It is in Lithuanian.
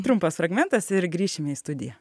trumpas fragmentas ir grįšime į studiją